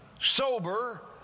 Sober